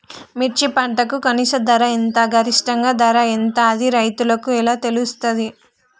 మిర్చి పంటకు కనీస ధర ఎంత గరిష్టంగా ధర ఎంత అది రైతులకు ఎలా తెలుస్తది?